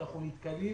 אנחנו נתקלים